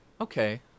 Okay